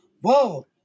Whoa